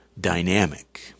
dynamic